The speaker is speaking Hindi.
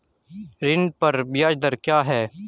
ऋण पर ब्याज दर क्या है?